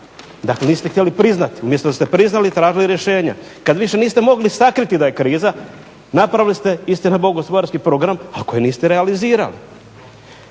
Dakle, niste htjeli priznati umjesto da s te priznali i tražili rješenja. Kada više niste mogli sakriti da je kriza napravili ste, istina Bogu …/Govornik se ne razumije./… program a koji niste realizirali.